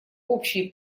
общей